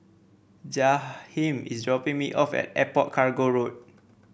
Jaheem is dropping me off at Airport Cargo Road